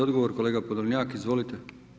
Odgovor kolega Podolnjak, izvolite.